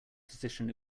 physician